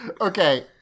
Okay